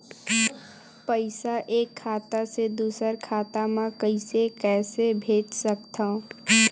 पईसा एक खाता से दुसर खाता मा कइसे कैसे भेज सकथव?